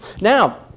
Now